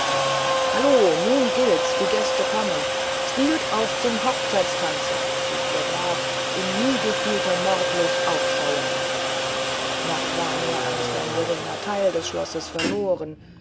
hallo nun gilt's die gäste kommen spielt auf zum hochzeitstanze rief der graf in niegefühlter mordlust aufschauernd noch war nur erst ein geringer teil des schlosses verloren